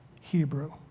Hebrew